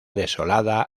desolada